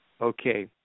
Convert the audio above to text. okay